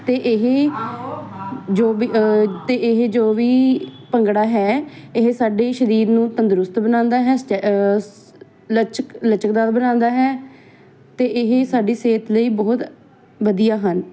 ਅਤੇ ਇਹ ਜੋ ਵੀ ਅਤੇ ਇਹ ਜੋ ਵੀ ਭੰਗੜਾ ਹੈ ਇਹ ਸਾਡੇ ਸਰੀਰ ਨੂੰ ਤੰਦਰੁਸਤ ਬਣਾਉਂਦਾ ਹੈ ਲਚਕ ਲਚਕਦਾਰ ਬਣਾਉਂਦਾ ਹੈ ਅਤੇ ਇਹ ਸਾਡੀ ਸਿਹਤ ਲਈ ਬਹੁਤ ਵਧੀਆ ਹਨ